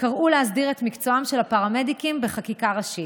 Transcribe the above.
שקראו להסדיר את מקצועם של הפרמדיקים בחקיקה ראשית.